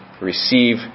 receive